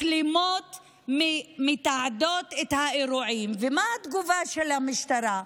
מצלמות מתעדות את האירועים, ומה התגובה של המשטרה?